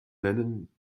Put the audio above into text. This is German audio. nennen